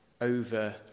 over